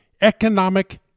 economic